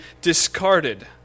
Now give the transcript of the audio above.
discarded